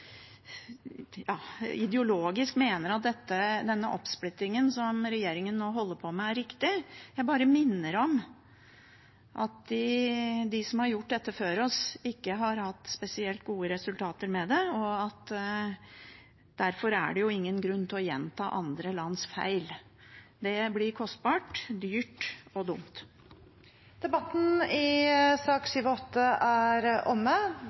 riktig. Jeg bare minner om at de som har gjort dette før oss, ikke har hatt spesielt gode resultater med det, og det er ingen grunn til å gjenta andre lands feil. Det blir kostbart, dyrt og dumt. Flere har ikke bedt om ordet til sakene nr. 7 og 8. Stortinget er